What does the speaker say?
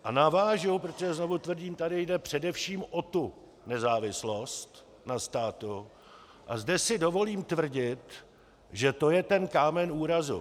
A navážu, protože znovu tvrdím, tady jde především o tu nezávislost na státu, a zde si dovolím tvrdit, že to je ten kámen úrazu.